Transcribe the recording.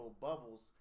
bubbles